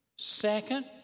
Second